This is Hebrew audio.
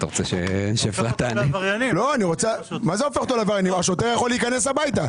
השוטר יכול להיכנס הביתה.